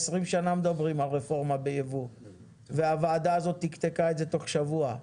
20 שנה מדברים על רפורמה ביבוא והוועדה הזאת תקתקה את זה תוך שבוע.